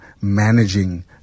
managing